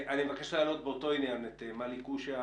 אני מבקש להעלות באותו עניין את מלי קושא,